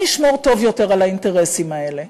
מי ישמור טוב יותר על האינטרסים האלה,